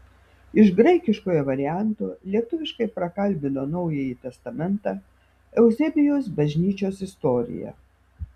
iš graikiškojo varianto lietuviškai prakalbino naująjį testamentą euzebijaus bažnyčios istoriją